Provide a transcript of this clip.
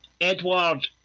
Edward